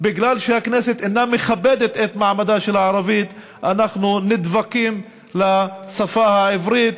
בגלל שהכנסת אינה מכבדת את מעמדה של הערבית אנחנו נדבקים לשפה העברית,